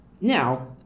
Now